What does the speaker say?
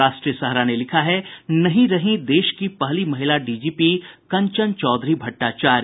राष्ट्रीय सहारा ने लिखा है नहीं रहीं देश की पहली महिला डीजीपी कंचन चौधरी भट्टाचार्य